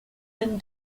been